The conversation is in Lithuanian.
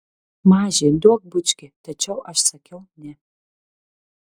maži duok bučkį tačiau aš sakiau ne